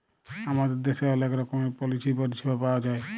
আমাদের দ্যাশের অলেক রকমের পলিচি পরিছেবা পাউয়া যায়